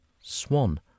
swan